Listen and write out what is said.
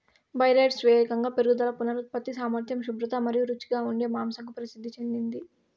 Berkshires వేగంగా పెరుగుదల, పునరుత్పత్తి సామర్థ్యం, శుభ్రత మరియు రుచిగా ఉండే మాంసంకు ప్రసిద్ధి చెందింది